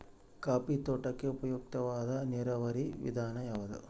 Coffee ತೋಟಕ್ಕೆ ಉಪಯುಕ್ತವಾದ ನೇರಾವರಿ ವಿಧಾನ ಯಾವುದು?